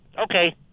okay